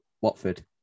Watford